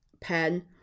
pen